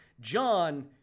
John